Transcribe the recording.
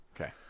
Okay